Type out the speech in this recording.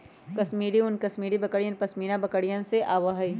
कश्मीरी ऊन कश्मीरी बकरियन, पश्मीना बकरिवन से आवा हई